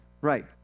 Right